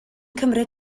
cymryd